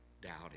doubting